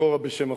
לכאורה בשם החוק.